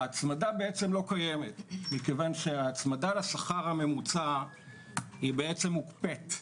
ההצמדה בעצם לא קיימת מכיוון שההצמדה לשכר הממוצע היא בעצם מוקפאת.